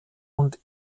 und